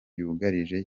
yugarije